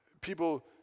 people